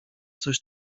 coś